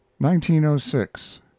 1906